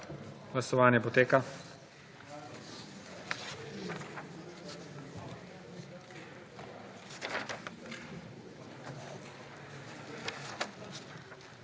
Glasovanje poteka.